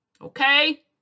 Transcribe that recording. okay